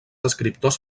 escriptors